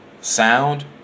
Sound